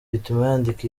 yandika